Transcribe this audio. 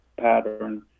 pattern